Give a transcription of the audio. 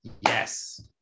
yes